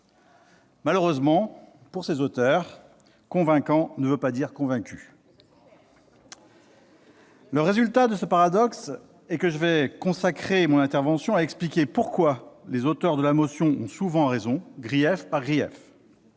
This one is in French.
Malheureusement, pour ses auteurs, convaincant ne veut pas dire convaincu ! Le résultat de ce paradoxe, c'est que je vais consacrer mon intervention à expliquer pourquoi les auteurs de la motion ont souvent raison, grief par grief,